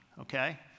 okay